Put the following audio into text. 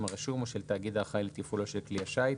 הרשום או של התאגיד האחראי לתפעולו של כלי השיט,